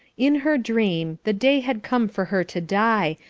in her dream, the day had come for her to die,